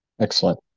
Excellent